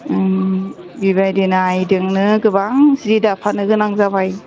बेबायदिनो आइजोंनो गोबां जि दाफानो गोनां जाबाय